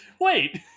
wait